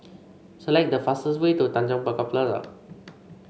select the fastest way to Tanjong Pagar Plaza